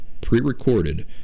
pre-recorded